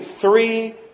three